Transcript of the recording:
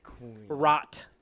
Rot